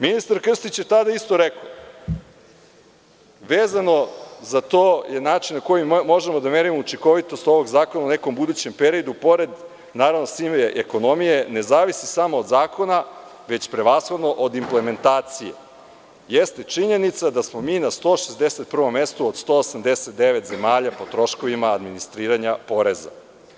Ministar Krstić je tada isto rekao – Vezano za to je način na koji možemo da merimo učinkovitost ovog zakona u nekom budućem periodu, pored, naravno, sive ekonomije, ne zavisi samo od zakona, već prevashodno od implementacije, jeste činjenica da smo mi na 161. mestu od 189 zemalja po troškovima administriranja poreza.